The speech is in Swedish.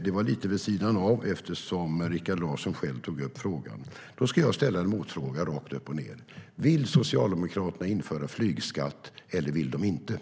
Det var lite vid sidan av, eftersom Rikard Larsson tog upp frågan.